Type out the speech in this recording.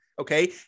Okay